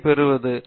D ஐப் பெறுவது